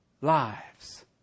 lives